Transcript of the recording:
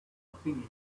opinion